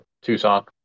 Tucson